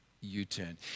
U-turn